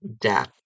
death